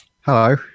Hello